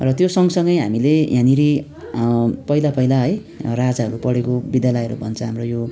र त्यो सँगसँगै हामीले यहाँनिर पहिला पहिला है राजाहरू पढेको विद्यालयहरू भन्छ हाम्रो यो